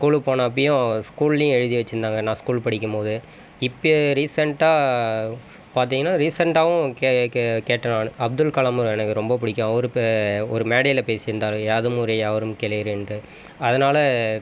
ஸ்கூலுக்கு போனப்பையும் ஸ்கூல்லேயும் எழுதி வச்சுருந்தாங்க நான் ஸ்கூல் படிக்கும் போது இப்போ ரீசன்ட்டா பார்த்தீங்கன்னா ரீசன்ட்டாவும் கே கே கேட்டேன் நானு அப்துல் கலாமு எனக்கு ரொம்ப பிடிக்கும் அவர் பே ஒரு மேடையில் பேசிந்தார் யாதும் ஊரே யாவரும் கேளீர் என்று அதனால